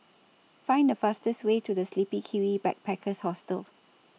Find The fastest Way to The Sleepy Kiwi Backpackers Hostel